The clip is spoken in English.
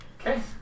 Okay